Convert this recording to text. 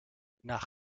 nach